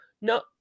no